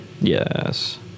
Yes